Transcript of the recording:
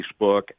Facebook